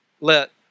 let